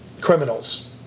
criminals